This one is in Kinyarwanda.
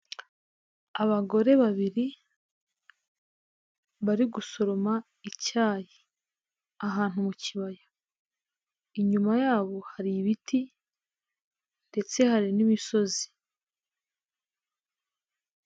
Abagore babiri bari gusoroma icyayi ahantu mu kibaya, inyuma yabo hari ibiti ndetse hari n'imisozi.